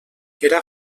era